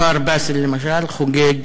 מחר באסל, למשל, חוגג